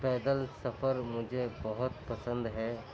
پیدل سفر مجھے بہت پسند ہے